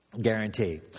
guarantee